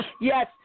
Yes